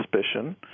suspicion